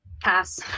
pass